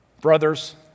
brothers